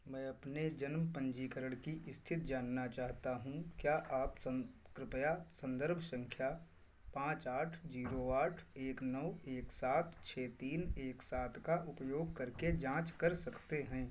मैं अपने जन्म पंजीकरण की स्थित जानना चाहता हूँ क्या आप सन कृपया संदर्भ संख्या पाँच आठ जीरो आठ एक नौ एक सात छः तीन एक सात का उपयोग करके जाँच कर सकते हैं